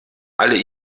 alle